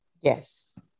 Yes